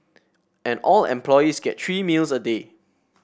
and all employees get three meals a day